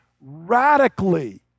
radically